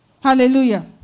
Hallelujah